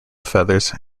feathers